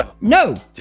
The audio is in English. no